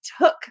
took